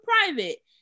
private